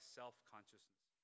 self-consciousness